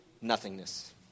nothingness